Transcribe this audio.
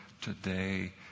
today